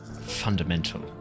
fundamental